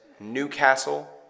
Newcastle